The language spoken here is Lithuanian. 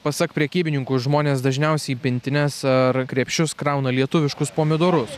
pasak prekybininkų žmonės dažniausiai į pintines ar krepšius krauna lietuviškus pomidorus